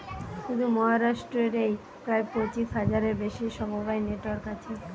শুধু মহারাষ্ট্র রেই প্রায় পঁচিশ হাজারের বেশি সমবায় নেটওয়ার্ক আছে